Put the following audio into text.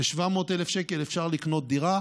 ב-700,000 שקל אפשר לקנות דירה,